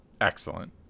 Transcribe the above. excellent